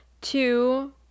Two